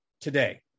today